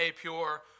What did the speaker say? pure